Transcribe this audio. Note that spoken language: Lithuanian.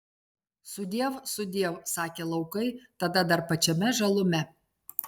sudiev sudiev sakė laukai tada dar pačiame žalume